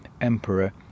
emperor